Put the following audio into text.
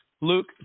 Luke